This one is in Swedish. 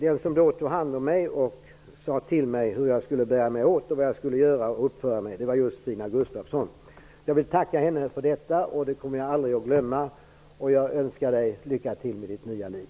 Den som då tog hand om mig och sade till mig hur jag skulle uppföra mig var just Stina Gustavsson. Jag vill tacka henne för detta. Jag kommer aldrig att glömma det. Jag önskar Stina Gustavsson lycka till med hennes nya liv.